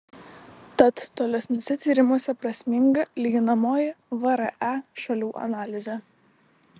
tad tolesniuose tyrimuose prasminga lyginamoji vre šalių analizė